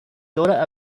daughter